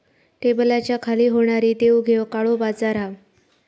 टेबलाच्या खाली होणारी देवघेव काळो बाजार हा